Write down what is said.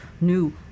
new